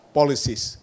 policies